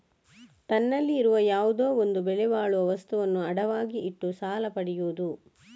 ತನ್ನಲ್ಲಿ ಇರುವ ಯಾವುದೋ ಒಂದು ಬೆಲೆ ಬಾಳುವ ವಸ್ತುವನ್ನ ಅಡವಾಗಿ ಇಟ್ಟು ಸಾಲ ಪಡಿಯುದು